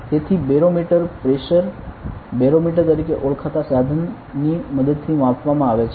તેથી barometer pressure barometer તરીકે ઓળખાતા સાધનની મદદથી માપવામાં આવે છે